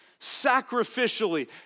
sacrificially